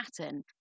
pattern